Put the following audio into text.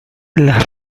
las